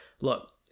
look